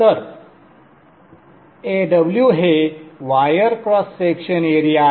तर Aw हे wire cross section area आहे